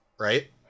right